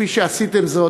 כפי שעשיתם זאת,